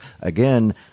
again